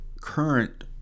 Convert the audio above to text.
current